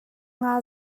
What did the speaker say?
nga